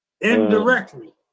indirectly